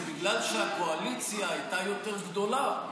זה בגלל שהקואליציה הייתה יותר גדולה.